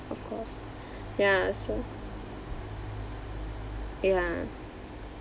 of course ya so ya